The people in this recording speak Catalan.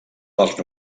dels